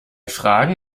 fragen